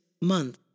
month